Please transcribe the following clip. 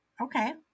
Okay